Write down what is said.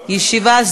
ראשונה,